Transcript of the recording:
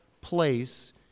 place